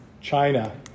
China